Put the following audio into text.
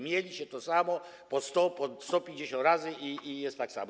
Miele się to samo po 100, 150 razy i jest tak samo.